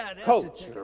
coach